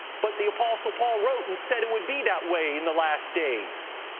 but the apostle paul wrote and said it would be that way in the last days.